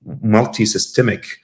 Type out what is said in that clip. multi-systemic